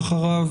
ואחריו